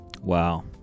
Wow